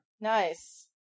Nice